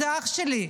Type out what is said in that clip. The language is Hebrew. זה אח שלי.